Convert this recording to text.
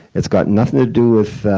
it's got nothing to do with